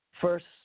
First